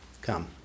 Come